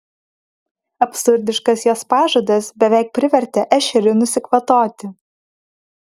absurdiškas jos pažadas beveik privertė ešerį nusikvatoti